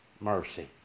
mercy